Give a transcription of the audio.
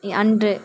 அன்று